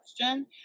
question